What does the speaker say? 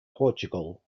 portugal